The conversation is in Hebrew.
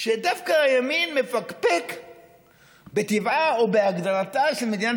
שדווקא הימין מפקפק בטבעה או בהגדרתה של מדינת